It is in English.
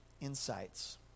insights